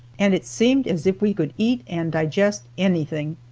and it seemed as if we could eat and digest anything.